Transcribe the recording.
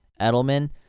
Edelman